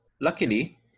Luckily